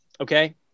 okay